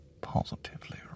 positively